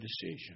decision